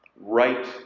right